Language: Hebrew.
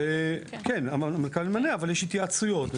כן, המנכ"ל ממנה, אבל יש התייעצויות.